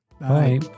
Bye